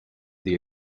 the